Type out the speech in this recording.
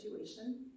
situation